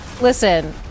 Listen